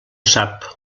sap